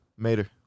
Mater